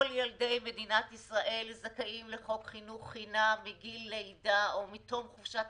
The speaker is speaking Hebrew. כל ילדי מדינת ישראל זכאים לחוק חינוך חינם מגיל לידה או מתום חופשת